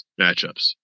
matchups